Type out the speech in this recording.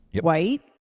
white